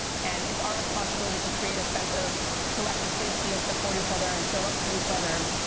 and it's our responsibility to create a sense of collective safety and support each other and show up for each other.